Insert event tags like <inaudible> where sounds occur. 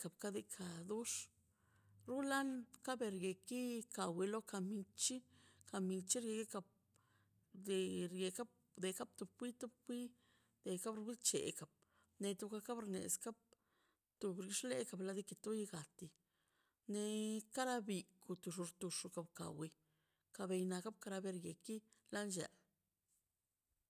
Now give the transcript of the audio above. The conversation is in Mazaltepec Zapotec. <unintelligible> ka diikaꞌ dux runlan ka ber guieki ka wilo ka mienchi ka mienchi karwe de riekin de <unintelligible> ni kara bikwi tochox tu bi kawi kar nakwi ka berguiwiti lanlla